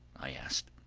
i asked.